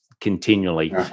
continually